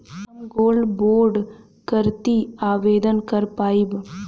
हम gold bond करती आवेदन कर पाईब?